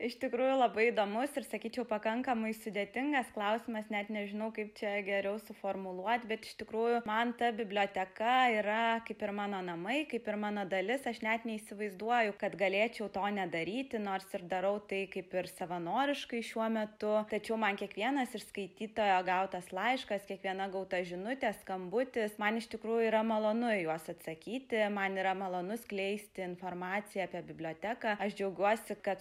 iš tikrųjų labai įdomus ir sakyčiau pakankamai sudėtingas klausimas net nežinau kaip čia geriau suformuluot bet iš tikrųjų man ta biblioteka yra kaip ir mano namai kaip ir mano dalis aš net neįsivaizduoju kad galėčiau to nedaryti nors ir darau tai kaip ir savanoriškai šiuo metu tačiau man kiekvienas iš skaitytojo gautas laiškas kiekviena gauta žinutė skambutis man iš tikrųjų yra malonu į juos atsakyti man yra malonu skleisti informaciją apie biblioteką aš džiaugiuosi kad